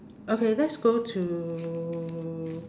okay let's go to